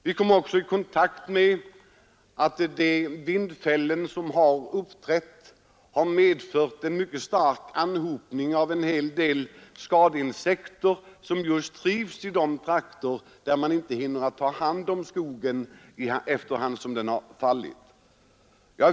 Vi fann också att de vindfällen som uppstått har medfört en mycket stark anhopning av en hel del skadeinsekter som trivs just i de trakter där man inte har hunnit ta hand om skogen efter hand som den har fallit.